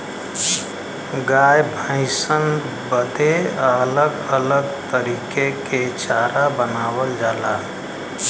गाय भैसन बदे अलग अलग तरीके के चारा बनावल जाला